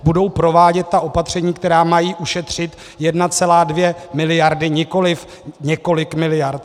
Budou provádět ta opatření, která mají ušetřit 1,2 mld., nikoliv několik miliard?